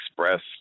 expressed